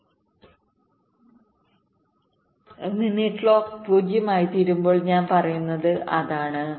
അങ്ങനെ ക്ലോക്ക് 0 ആയിത്തീരുമ്പോൾ ഞാൻ പറയുന്നത് അതാണ്